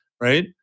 right